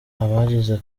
abagize